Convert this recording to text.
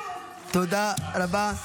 כאילו --- תודה רבה.